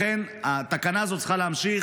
לכן התקנה הזאת צריכה להימשך,